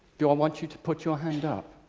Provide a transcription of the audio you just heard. do i want you to put your hand up.